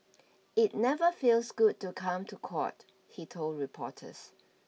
it never feels good to come to court he told reporters